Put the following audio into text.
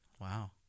Wow